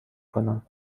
کنم